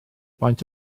faint